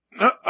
No